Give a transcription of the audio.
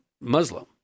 Muslim